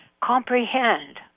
comprehend